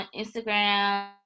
Instagram